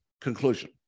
conclusion